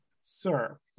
sir